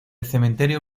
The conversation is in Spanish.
cementerio